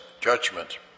judgment